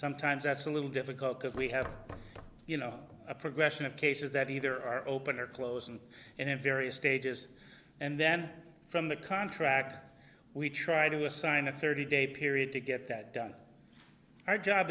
sometimes that's a little difficult because we have you know a progression of cases that either are open or close and in various stages and then from the contract we try to assign a thirty day period to get that done our job